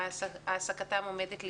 שהעסקתם עומדת להסתיים.